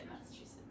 Massachusetts